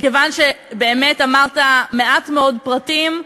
מכיוון שבאמת אמרת מעט מאוד פרטים,